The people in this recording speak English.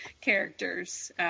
characters